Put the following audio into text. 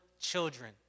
children